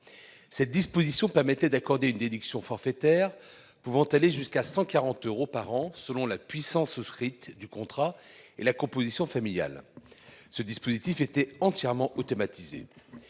Cette disposition permettait d'accorder une déduction forfaitaire pouvant aller jusqu'à 140 euros par an, selon la puissance souscrite et la composition familiale. Ce dispositif était entièrement automatisé.